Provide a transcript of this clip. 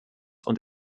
und